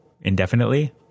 indefinitely